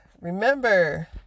remember